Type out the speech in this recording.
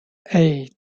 eight